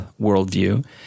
worldview –